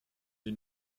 sie